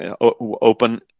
open